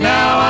Now